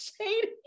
shady